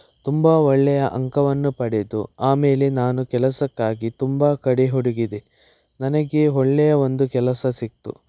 ತುಂಬ ಒಳ್ಳೆಯ ಅಂಕವನ್ನು ಪಡೆದು ಆಮೇಲೆ ನಾನು ಕೆಲಸಕ್ಕಾಗಿ ತುಂಬ ಕಡೆ ಹುಡುಕಿದೆ ನನಗೆ ಒಳ್ಳೆಯ ಒಂದು ಕೆಲಸ ಸಿಕ್ಕಿತು